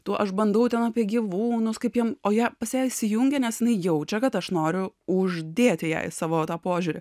tuo aš bandau ten apie gyvūnus kaip jiem o ją pas ją įsijungia nes jinai jaučia kad aš noriu uždėti jai savo požiūrį